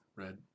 red